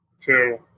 Two